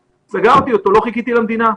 סגרתי אותו, לא חיכיתי למדינה.